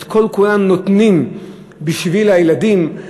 את כל כולם נותנים בשביל הילדים,